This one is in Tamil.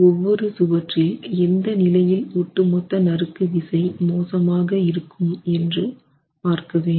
ஒவ்வொரு சுவற்றில் எந்த நிலையில் ஒட்டு மொத்த நறுக்கு விசை மோசமாக இருக்கும் என்று பார்க்க வேண்டும்